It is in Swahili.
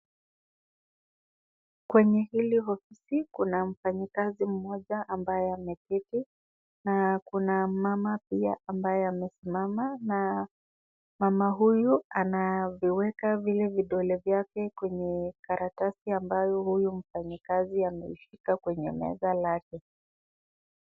Kwenye hili ofisi kuna mfanyikazi mmoja ambaye ameketi na kuna mama pia ambaye amesimama na mama huyu anaviweka vile vidole vyake kwenye karatasi ambayo huyu mfanyikazi ameishika kwenye meza lake.